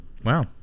Wow